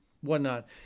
whatnot